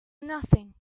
nothing